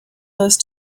those